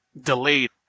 delayed